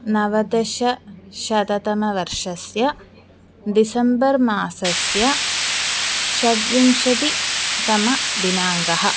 नवदश शततमवर्षस्य डिसेम्बर् मासस्य षड्विंशतितमः दिनाङ्कः